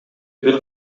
бир